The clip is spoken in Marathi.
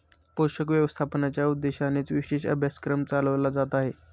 पोषक व्यवस्थापनाच्या उद्देशानेच विशेष अभ्यासक्रम चालवला जात आहे